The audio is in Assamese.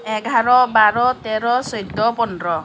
এঘাৰ বাৰ তেৰ চৈধ্য পোন্ধৰ